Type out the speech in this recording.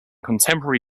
contemporary